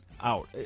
out